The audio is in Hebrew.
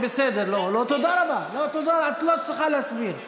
תודה רבה, את לא צריכה להסביר.